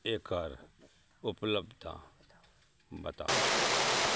एकर उपलब्धता बताउ